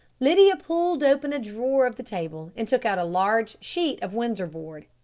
lydia pulled open a drawer of the table and took out a large sheet of windsor board.